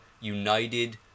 united